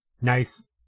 Nice